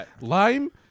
lime